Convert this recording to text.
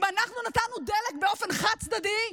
אם אנחנו נתנו דלק באופן חד-צדדי,